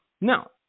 Now